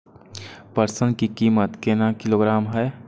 पटसन की कीमत केना किलोग्राम हय?